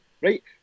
right